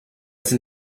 sind